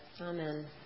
amen